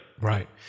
Right